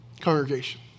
congregation